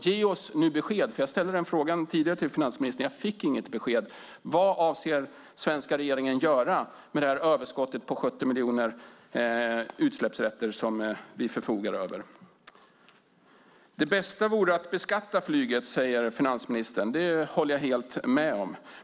Ge oss nu besked - jag ställde frågan tidigare till finansministern men fick inget besked - om vad svenska regeringen avser att göra med överskottet på 70 miljoner utsläppsrätter som vi förfogar över! Det bästa vore att beskatta flyget, säger finansministern. Det håller jag helt med om.